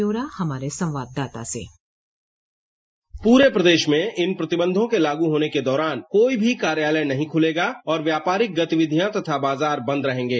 ब्यौरा हमारे संवाददाता से प्ररे प्रदेश में इन प्रतिबंधों के लागू होने के दौरान कोई भी कार्यालय नहीं खूलेगा और व्यापारिक गतिविधियां तथा बाजार बंद रहेंगे